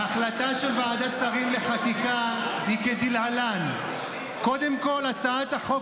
ההחלטה של ועדת שרים לחקיקה היא כדלהלן: קודם כול הצעת החוק